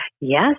Yes